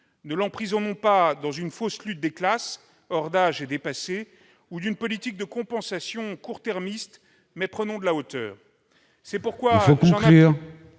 Ne l'emprisonnons pas dans une fausse lutte des classes, hors d'âge et dépassée, ou dans une politique de compensation court-termiste, mais prenons de la hauteur.